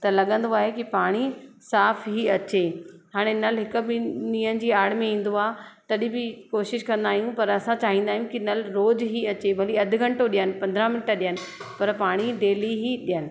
त लॻंदो आहे की पाणी साफ़ ई अचे हाणे नल हिकु ॿिनि ॾींहनि जी आड़ में ईंदो आहे तॾहिं बि कोशिशि कंदा आहियूं पर असां चाहींदा आहियूं की नल रोज़ ई अचे भली अधु घंटो ॾियनि पंद्रहं मिंट ॾियनि पर पाणी डेली ई ॾियनि